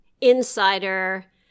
Insider